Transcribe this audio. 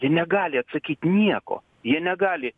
jie negali atsakyt nieko jie negali